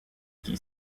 qui